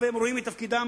מאופן הניהול